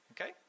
Okay